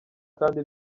kandi